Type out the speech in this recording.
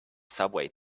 subway